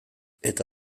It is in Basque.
eta